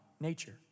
nature